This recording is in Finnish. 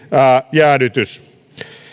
jäädytys